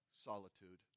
Solitude